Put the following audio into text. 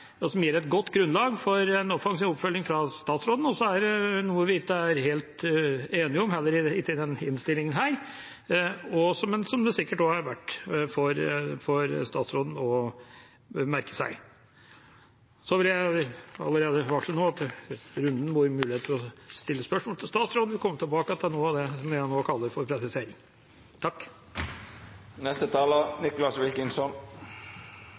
som gir et godt grunnlag for en offensiv oppfølging fra statsråden, og så er det noe vi ikke er helt enige om, heller ikke i denne innstillingen, men som det sikkert også er verdt for statsråden å merke seg. Så vil jeg varsle allerede nå at jeg i runden hvor det er mulighet for å stille spørsmål til statsråden, vil komme tilbake til noe av det jeg nå kaller for